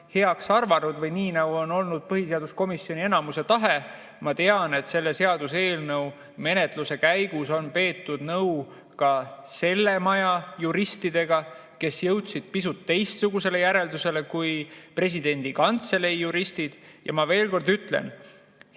heaks arvanud või nagu on olnud põhiseaduskomisjoni enamuse tahe. Ma tean, et selle seaduseelnõu menetluse käigus on peetud nõu ka selle maja juristidega, kes jõudsid pisut teistsugusele järeldusele, kui presidendi kantselei juristid. Ja ma veel kord ütlen: